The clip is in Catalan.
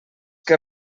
que